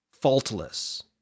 faultless